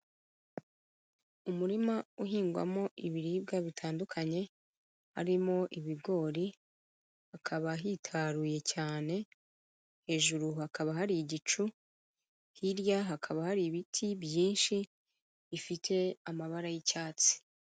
Umurima uhingwamo ibiribwa bitandukanye, harimo ibigori, hakaba hitaruye cyane, hejuru hakaba hari igicu, hirya hakaba hari ibiti byinshi bifite amabara y'icyatsi.